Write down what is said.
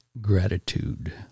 gratitude